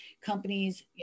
companies